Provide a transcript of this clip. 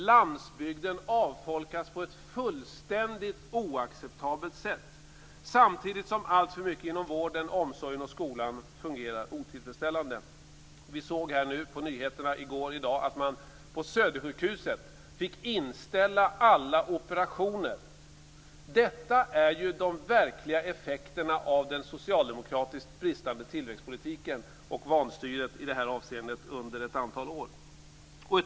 Landsbygden avfolkas på ett fullständigt oacceptabelt sätt, samtidigt som alltför mycket inom vården, omsorgen och skolan fungerar otillfredsställande. Vi kunde se på nyheterna i går och i dag att man på Södersjukhuset har fått inställa alla operationer. Detta är ju de verkliga effekterna av den socialdemokratiska bristande tillväxtpolitiken och vanstyret i detta avseende under ett antal år.